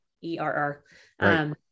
E-R-R